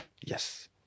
yes